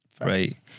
Right